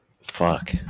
Fuck